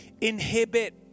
inhibit